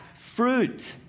fruit